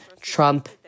Trump